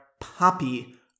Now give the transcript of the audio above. poppy